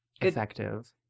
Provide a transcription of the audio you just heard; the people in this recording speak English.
Effective